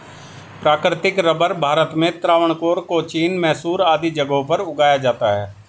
प्राकृतिक रबर भारत में त्रावणकोर, कोचीन, मैसूर आदि जगहों पर उगाया जाता है